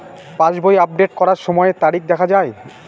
পাসবই update করার সময়ে তারিখ দেখা য়ায়?